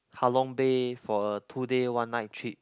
Halong Bay for a two day one night trip